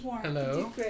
Hello